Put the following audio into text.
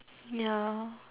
ya